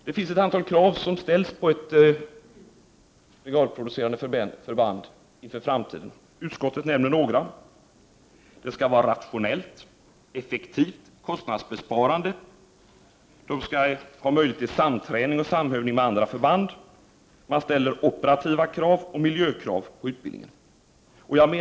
Det ställs ett antal krav på ett brigadproducerande förband för framtiden. Utskottet nämner några. Det skall vara rationellt, effektivt och kostnadsbesparande. Det skall ha möjlighet till samträning och samövning med andra förband. Man ställer operativa krav och miljökrav på utbildningen.